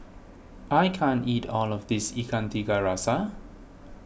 I can't eat all of this Ikan Tiga Rasa